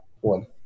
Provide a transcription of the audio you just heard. one